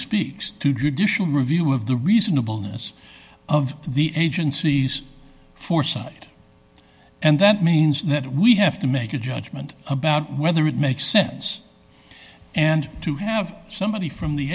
speaks to judicial review of the reasonable ness of the agency's foresight and that means that we have to make a judgment about whether it makes sense and to have somebody from the